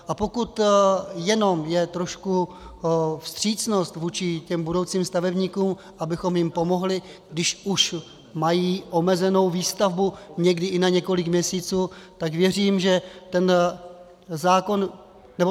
A pokud je jenom trošku vstřícnost vůči budoucím stavebníkům, abychom jim pomohli, když už mají omezenou výstavbu někdy i na několik měsíců, tak věřím, že ten zákon... nebo...